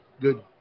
good